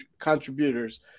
contributors